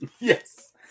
Yes